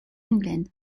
lenglen